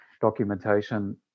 documentation